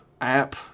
app